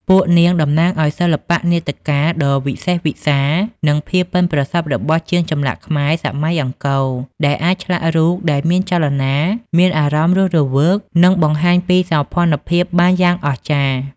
ពួកនាងតំណាងឲ្យ សិល្បៈនាដកាដ៏វិសេសវិសាល និងភាពប៉ិនប្រសប់របស់ជាងចម្លាក់ខ្មែរសម័យអង្គរ ដែលអាចឆ្លាក់រូបដែលមានចលនា មានអារម្មណ៍រស់រវើក និងបង្ហាញពីសោភ័ណភាពបានយ៉ាងអស្ចារ្យ។